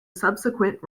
subsequent